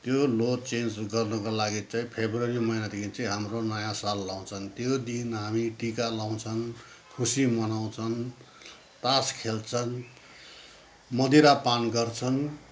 त्यो ल्हो चेन्ज गर्नुको लागि चाहिँ फेब्रुअरी महिनादेखि चाहिँ हाम्रो नयाँ साल आउँछन् त्यो दिन हामी टिका लगाउँछन् खुसी मनाउँछन् तास खेल्छन् मदिरा पान गर्छन्